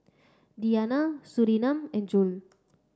Diyana Surinam and Zul